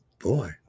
Boy